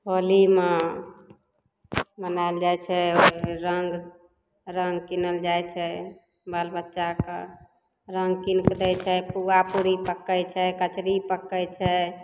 होलीमे मनायल जाइ छै ओइमे रङ्ग रङ्ग कीनल जाइ छै बाल बच्चाके रङ्ग कीन कए दै छै पूआ पूड़ी पकइ छै कचरी पकइ छै